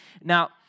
Now